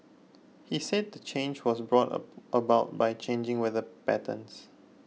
he said the change was brought about by changing weather patterns